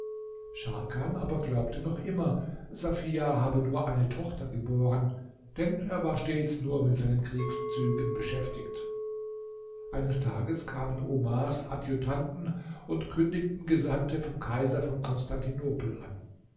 scharkan aber glaubte noch immer safia habe nur eine tochter geboren denn er war stets nur mit seinen kriegszügen beschäftigt eines tages kamen omars adjutanten und kündigten gesandte vom kaiser von konstantinopel an